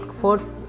force